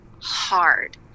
hard